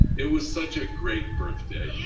it was such a great birthday,